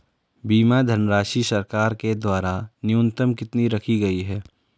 बीमा धनराशि सरकार के द्वारा न्यूनतम कितनी रखी गई है?